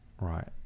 Right